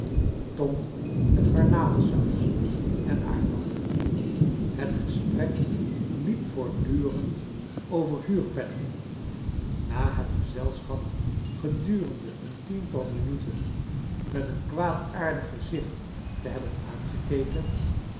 tong met garnalensaus en aardappelen het gesprek liep voortdurend over huurpenningen na het gezelschap gedurende een tiental minuten met een kwaadaardig gezicht te hebben aangekeken